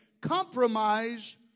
compromise